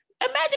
Imagine